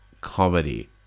comedy